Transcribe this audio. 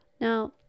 Now